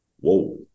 whoa